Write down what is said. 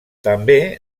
també